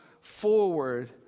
forward